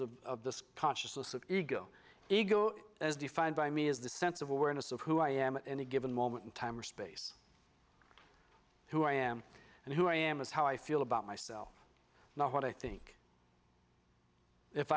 factors of the consciousness of ego ego as defined by me is the sense of awareness of who i am at any given moment in time or space who i am and who i am is how i feel about myself now what i think if